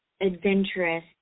adventurous